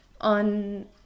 on